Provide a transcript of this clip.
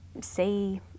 see